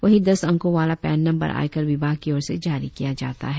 वही दस अंकों वाला पैन नंबर आयकर विभाग की ओर से जारी किया जाता है